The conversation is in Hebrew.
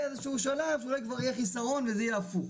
איזשהו שלב שאולי כבר יהיה חיסרון וזה יהיה הפוך.